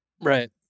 Right